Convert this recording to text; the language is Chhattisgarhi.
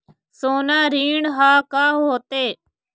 सोना ऋण हा का होते?